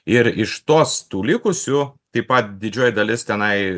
ir iš tos tų likusių taip pat didžioji dalis tenai